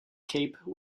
cape